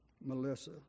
Melissa